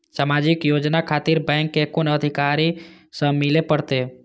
समाजिक योजना खातिर बैंक के कुन अधिकारी स मिले परतें?